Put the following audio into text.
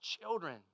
children